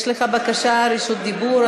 יש לך בקשת רשות דיבור.